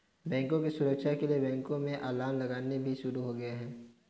बैंकों की सुरक्षा के लिए बैंकों में अलार्म लगने भी शुरू हो गए हैं